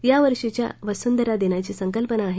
यावर्षीच्या वसुंधरा दिनाची संकल्पना आहे